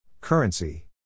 Currency